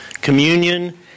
communion